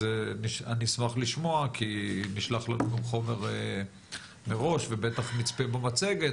אז אני אשמח לשמוע כי נשלח לנו חומר מראש ובטח נצפה במצגת,